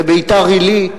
בביתר-עילית.